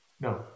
No